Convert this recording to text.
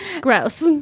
gross